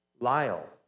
Lyle